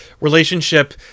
relationship